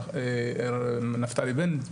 נפתלי בנט,